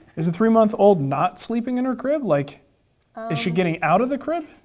is the three month old not sleeping in her crib? like is she getting out of the crib?